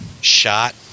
shot